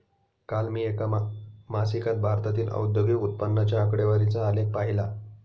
काल मी एका मासिकात भारतातील औद्योगिक उत्पन्नाच्या आकडेवारीचा आलेख पाहीला